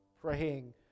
praying